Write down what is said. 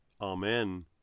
Amen